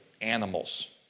animals